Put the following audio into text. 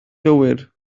gywir